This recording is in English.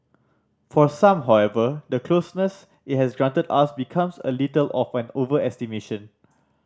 for some however the closeness it has granted us becomes a little of an overestimation